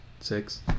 six